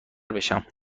بشم